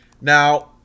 Now